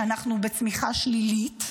כשאנחנו בצמיחה שלילית,